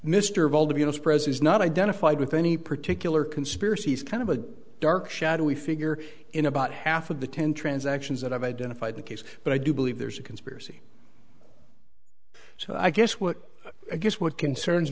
presents not identified with any particular conspiracies kind of a dark shadowy figure in about half of the ten transactions that i've identified the case but i do believe there's a conspiracy so i guess what i guess what concerns